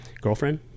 Girlfriend